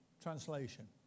translation